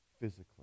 physically